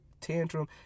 tantrum